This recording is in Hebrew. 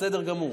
בסדר גמור.